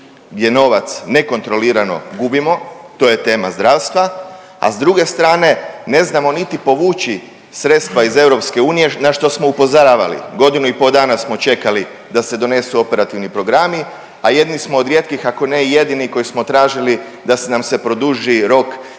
gdje novac nekontrolirano gubimo, to je tema zdravstva, a s druge strane, ne znamo niti povući sredstva iz EU, na što smo upozoravali godinu i pol dana smo čekali da se donesu operativni programi, a jedni smo od rijetkih, ako ne i jedini koji smo tražili da nam se produži rok za